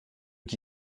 qui